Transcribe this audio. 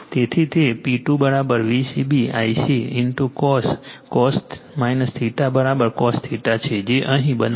તેથી તે P2 Vcb Ic cos cos cos છે જે અહીં બનાવવામાં આવ્યું છે